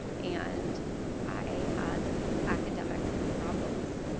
and i had academic problems.